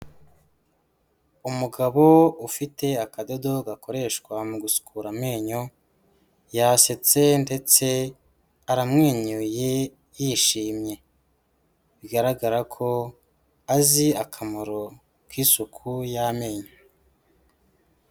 Umugabo ufite akadodo gakoreshwa mu gusukura amenyo, yasetse ndetse aramwenyuye yishimye, bigaragara ko azi akamaro k'isuku y'amenyo.